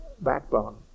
backbone